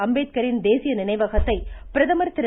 அம்பேத்கரின் தேசிய நினைவகத்தை பிரதமர் திரு